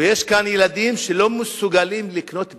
ויש כאן ילדים שלא מסוגלים לקנות "ביסלי".